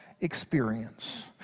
experience